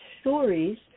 stories